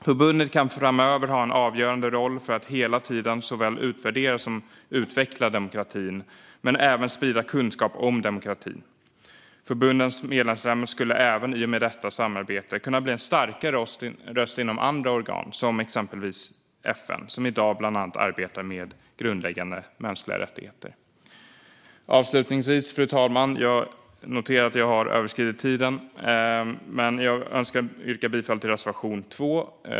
Förbundet kan framöver ha en avgörande roll för att hela tiden såväl utvärdera som utveckla demokratin men även sprida kunskap om demokrati. Förbundets medlemsländer skulle även i och med detta samarbete kunna bli en starkare röst i andra organ, som exempelvis FN, som i dag bland annat arbetar med grundläggande mänskliga rättigheter. Avslutningsvis, fru talman, noterar jag att jag har överskridit talartiden. Jag önskar yrka bifall till reservation 2.